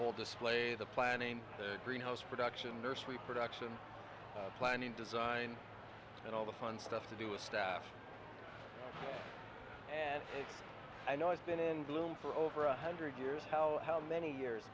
whole display the planning the greenhouse production nursery production planning design and all the fun stuff to do with stuff and i know it's been in bloom for over one hundred years how how many years